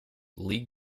league